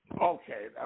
Okay